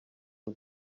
who